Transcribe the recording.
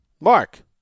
Mark